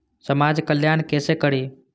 समाज कल्याण केसे करी?